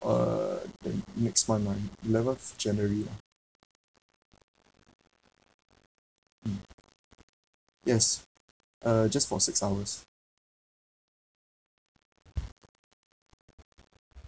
uh the next month lah eleventh january lah mm yes uh just for six hours